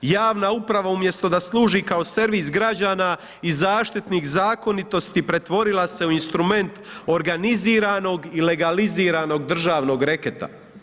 Javna uprava umjesto da služi kao servis građana i zaštitnik zakonitosti pretvorila se u instrument organiziranog i legaliziranog državnog reketa.